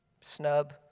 snub